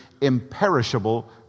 imperishable